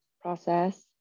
process